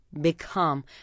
become